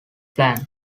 planned